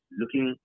looking